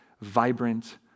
vibrant